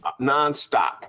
nonstop